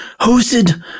hosted